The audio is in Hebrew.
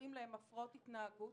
קוראים הפרעות התנהגות.